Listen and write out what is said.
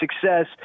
success